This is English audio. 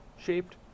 shaped